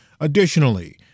Additionally